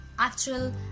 Actual